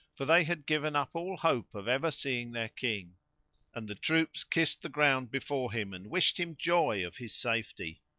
for they had given up all hope of ever seeing their king and the troops kissed the ground before him and wished him joy of his safety.